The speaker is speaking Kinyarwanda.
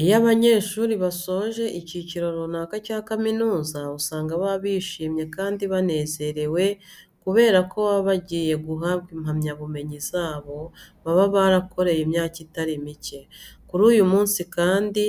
Iyo abanyeshuri basoje icyiciro runaka cya kaminuza usanga baba bishimye kandi banezerewe kubera ko baba bagiye guhabwa impamyabumenyi zabo baba barakoreye imyaka itari mike. Kuri uyu munsi kandi,